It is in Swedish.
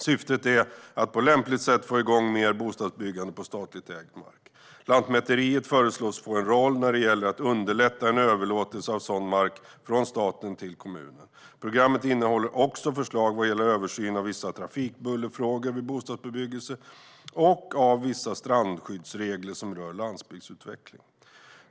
Syftet är att på lämpligt sätt få i gång mer bostadsbyggande på statligt ägd mark. Lantmäteriet föreslås få en roll när det gäller att underlätta en överlåtelse av sådan mark från staten till kommunen. Programmet innehåller också förslag vad gäller översyn av vissa trafikbullerfrågor vid bostadsbebyggelse och av vissa strandskyddsregler som rör landsbygdsutveckling.